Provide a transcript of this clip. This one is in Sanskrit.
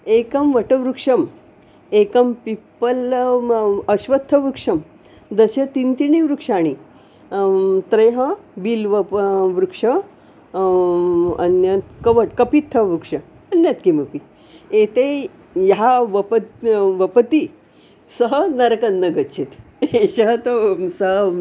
एकं वटवृक्षम् एकं पिप्पलं अश्वत्थवृक्षं दश तिन्त्रिणिवृक्षाणि त्रयः बिल्वपवृक्षाः अन्यत् कवट् कपित्थवृक्षः अन्यत् किमपि एते यः वपति वपति सः नरकन्न गच्छति एषः तु सः